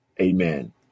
Amen